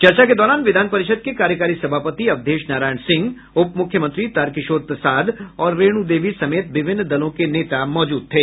चर्चा के दौरान विधान परिषद के कार्यकारी सभापति अवधेश नारायण सिंह उप मुख्यमंत्री तारकिशोर प्रसाद और रेणु देवी समेत विभिन्न दलों के नेता मौजूद थे